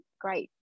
great